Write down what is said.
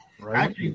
right